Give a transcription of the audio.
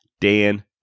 Dan